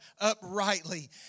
uprightly